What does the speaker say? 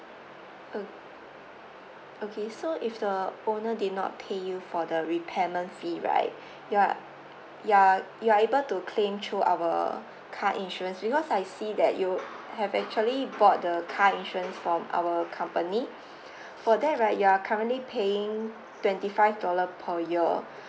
o~ okay so if the owner did not pay you for the repayment fee right you're you're you're able to claim through our car insurance because I see that you have actually bought the car insurance from our company for that right you're currently paying twenty five dollar per year